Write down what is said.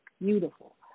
beautiful